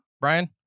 Brian